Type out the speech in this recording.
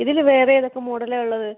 ഇതിന് വേറെ ഏതൊക്കെ മോഡലാണുള്ളത്